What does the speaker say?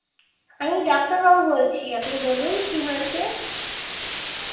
আমি ডাক্তারবাবু বলছি আপনি বলুন কী হয়েছে